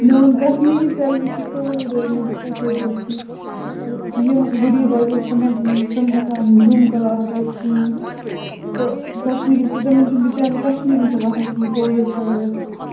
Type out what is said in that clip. میون کَشمیری سیلِبَس چھُ سورُے روٗدمُت اِتھٕے پٲٹھی یِم غریٖب بَچہِ ٲسۍ تِم ٲسۍ نہٕ ہیٚکان زوٗم کٕلاس دِتھ کَہینۍ تہٕ کَشمیری تِمن چھُنہٕ بچارین کَشمیری تہِ وۄتھان کِہینۍ کووِڑ کہِ وَجہ سۭتۍ